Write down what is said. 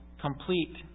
complete